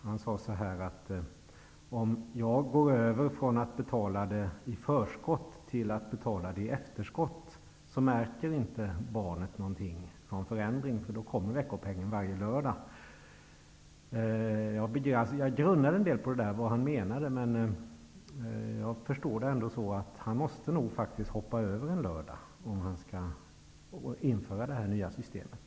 Han sade: Om jag går över från att betala veckopengen i förskott till att betala den i efterskott, märker inte barnet någon förändring, eftersom veckopengen ändå kommer varje lördag. Jag grunnade en del på vad han menade. Jag förstår det ändå så att han faktiskt måste hoppa över en lördag om han skall införa det nya systemet.